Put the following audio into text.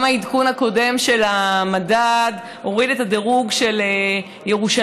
גם העדכון הקודם של המדד הוריד את הדירוג של ירושלים.